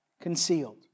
concealed